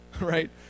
right